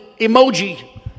emoji